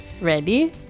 ready